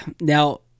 Now